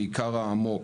בעיקר העמוק,